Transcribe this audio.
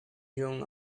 young